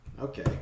Okay